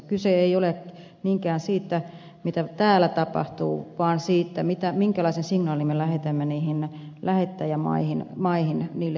kyse ei ole niinkään siitä mitä täällä tapahtuu vaan siitä minkälaisen signaalin me lähetämme niihin lähettäjämaihin niille ihmiskauppiaille